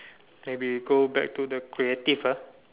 maybe go back to the creative ah